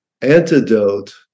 antidote